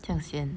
这样 sian